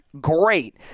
great